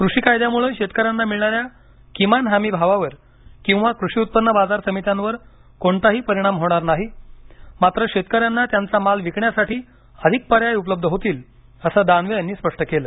कृषी कायद्यांमुळं शेतकऱ्यांना मिळणाऱ्या किमान हमी भावावर किंवा कृषी उत्पन्न बाजार समित्यांवर कोणताही परिणाम होणार नाही मात्र शेतकऱ्यांना त्यांचा माल विकण्यासाठी अधिक पर्याय उपलब्ध होतील असं दानवे यांनी स्पष्ट केलं